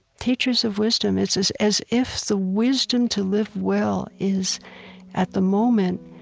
teachers of wisdom. it's as as if the wisdom to live well is at the moment,